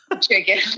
chicken